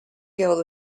guild